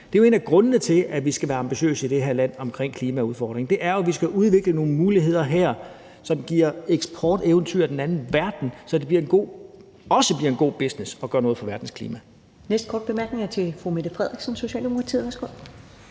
Det er jo en af grundene til, at vi skal være ambitiøse i det her land omkring klimaudfordringerne; vi skal udvikle nogle muligheder her, som giver eksporteventyr af en anden verden, så det også bliver en god business at gøre noget for verdens klima. Kl. 15:14 Første næstformand (Karen Ellemann): Næste korte bemærkning er til fru Mette Frederiksen, Socialdemokratiet. Værsgo.